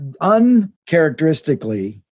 uncharacteristically